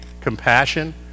compassion